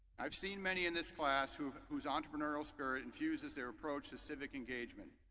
i've seen many in this class whose whose entrepreneurial spirit infuses their approach to civic engagement,